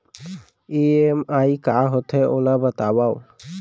EMI का होथे, ओला बतावव